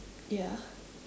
ya